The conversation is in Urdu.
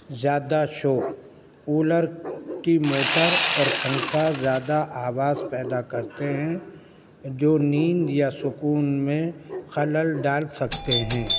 زیادہ شور کولر کی موٹر اور پنکھا زیادہ آواز پیدا کرتے ہیں جو نیند یا سکون میں خلل ڈال سکتے ہیں